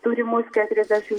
turimus keturiasdešim